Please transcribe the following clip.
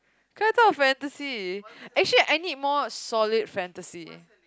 K I thought of fantasy actually I need more solid fantasy